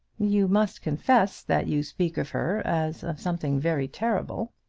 you must confess that you speak of her as of something very terrible.